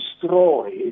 destroyed